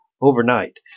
overnight